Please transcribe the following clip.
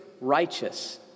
righteous